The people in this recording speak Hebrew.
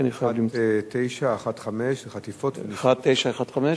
כי אני, 1915, וחטיפות, 1915?